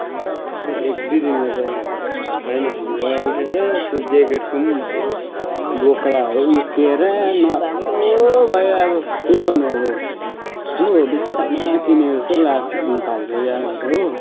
एक दुई दिनमा त छैन भुवा उठेर त्यो ज्याकेटको पनि बोक्राहरू उक्किएर नराम्रो भयो अब के गर्नु अब लु बित्थामा किने जस्तो लाग्नु थाली सक्यो अब त हो